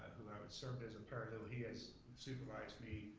served as a paralegal, he has supervised me,